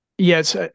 Yes